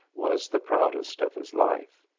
was the proudest of his life.